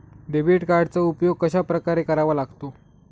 Debit कार्डचा उपयोग कशाप्रकारे करावा लागतो?